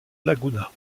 laguna